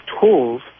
tools